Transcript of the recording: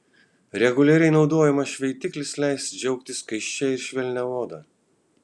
reguliariai naudojamas šveitiklis leis džiaugtis skaisčia ir švelnia oda